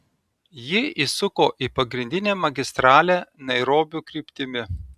ji įsuko į pagrindinę magistralę nairobio kryptimi